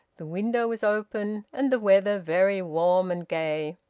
the window was open, and the weather very warm and gay.